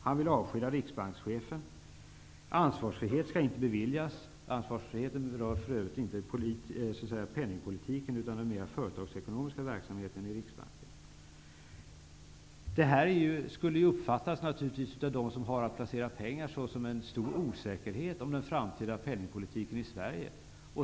Han vill avskeda riksbankschefen. Ansvarsfrihet skall inte beviljas, anser han. Ansvarsfriheten berör för övrigt inte penningpolitiken utan den mera företagsekonomiska verksamheten i Riksbanken. Det här skulle naturligtvis uppfattas av dem som har att placera pengar som en stor osäkerhet om den framtida penningpolitiken i Sverige.